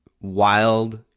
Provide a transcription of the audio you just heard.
wild